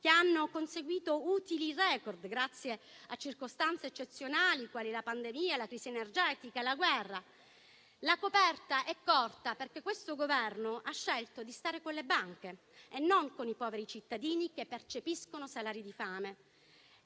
che hanno conseguito utili record grazie a circostanze eccezionali quali la pandemia, la crisi energetica e la guerra. La coperta è corta perché questo Governo ha scelto di stare con le banche e non con i poveri cittadini che percepiscono salari da fame.